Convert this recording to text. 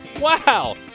Wow